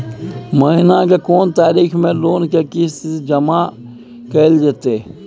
महीना के कोन तारीख मे लोन के किस्त जमा कैल जेतै?